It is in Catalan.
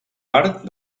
part